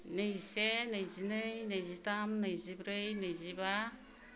नैजिसे नैजिनै नैजिथाम नैजिब्रै नैजिबा